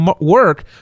work